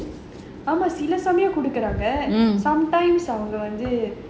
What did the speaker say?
ஆமா சில சமயம் குடுக்குறாங்க அவங்க வந்து:aamaa sila samayam kudukaraanga avanga vanthu